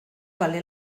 vale